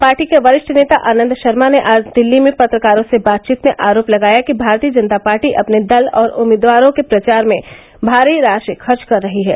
party के वरिष्ठ नेता आनंद शर्मा ने आज दिल्ली में पत्रकारों से बातचीत में आरोप लगाया कि भारतीय जनता पार्टी अपने दल और उम्मीदवारों के प्रचार में भारी राशि खर्च कर रही है